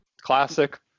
classic